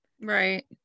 Right